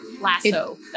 lasso